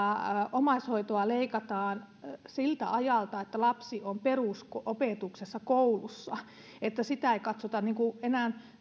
omaishoitoa leikataan siltä ajalta kun lapsi on perusopetuksessa koulussa että sitä ei katsota enää